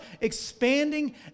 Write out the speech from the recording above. expanding